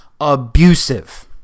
abusive